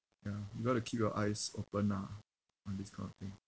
ya you got to keep your eyes open lah on this kind of thing